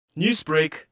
Newsbreak